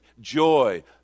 joy